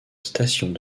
stations